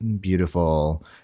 beautiful